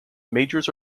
majors